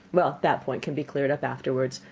well, that point can be cleared up afterwards.